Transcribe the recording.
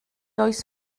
oes